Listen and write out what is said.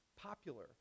popular